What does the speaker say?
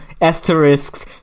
asterisks